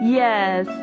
yes